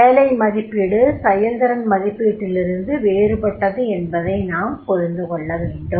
வேலை மதிப்பீடு செயல்திறன் மதிப்பீட்டிலிருந்து வேறுபட்டது என்பதை நாம் புரிந்து கொள்ள வேண்டும்